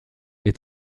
est